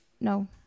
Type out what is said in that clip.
No